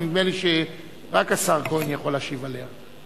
ונדמה לי שרק השר כהן יכול להשיב עליה.